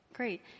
Great